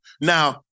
Now